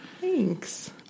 Thanks